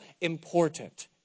important